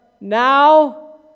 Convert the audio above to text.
now